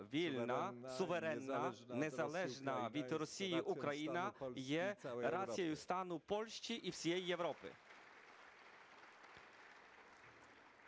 вільна суверенна незалежна від Росії Україна є рацією стану Польщі і всієї Європи.